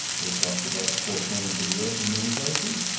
it talks about the four corners of the earth in many places.